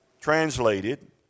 translated